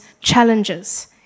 challenges